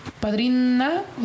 Padrina